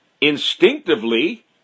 instinctively